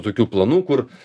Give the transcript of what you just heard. tokių planų kur